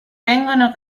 vengono